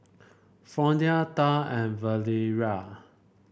Fronia Thad and Valeria